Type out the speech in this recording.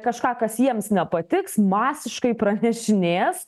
kažką kas jiems nepatiks masiškai pranešinės